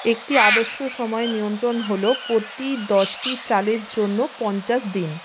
একটি আদর্শ সময় নিয়ন্ত্রণ হলো প্রতি দশটি চালের জন্য পঞ্চাশ দিন